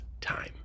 time